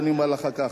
ואני אומר לך ככה,